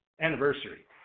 anniversary